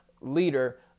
leader